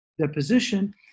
deposition